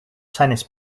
tennis